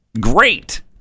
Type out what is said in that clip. great